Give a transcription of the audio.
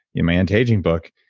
yeah my anti-aging book,